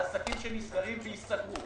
לעסקים שנסגרים וייסגרו